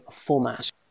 format